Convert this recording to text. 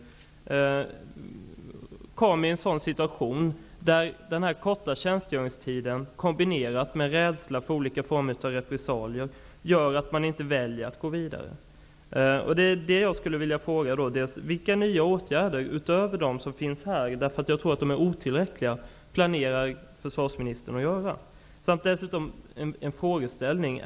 De flesta värnpliktiga i dag kommer i en sådan situation där den korta tjänstgöringstiden kombinerat med rädsla för olika former av repressalier gör att de inte väljer att gå vidare. Vilka nya åtgärder, utöver de som finns nu, planerar försvarsministern att vidta? Jag tror att de åtgärder som finns nu är otillräckliga.